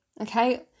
okay